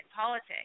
politics